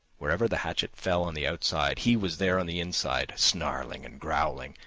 wherever the hatchet fell on the outside, he was there on the inside, snarling and growling,